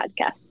podcast